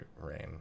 rain